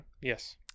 yes